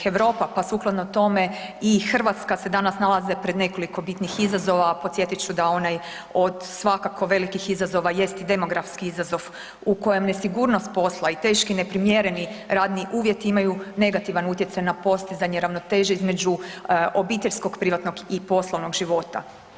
Europa, pa sukladno tome i Hrvatska se danas nalaze pred nekoliko bitnih izazova, a podsjetit ću da onaj od svakako velikih izazova jest i demografski izazov u kojem nesigurnost posla i teški neprimjereni radni uvjeti imaju negativan utjecaj na postizanje ravnoteže između obiteljskog privatnog i poslovnog života.